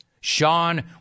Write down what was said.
Sean